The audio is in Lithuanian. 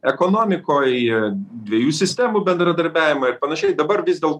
ekonomikoj dviejų sistemų bendradarbiavimą ir panašiai dabar vis dėl